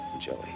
Joey